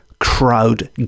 crowd